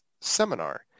seminar